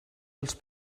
els